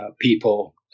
people